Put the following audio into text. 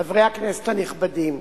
חברי הכנסת הנכבדים,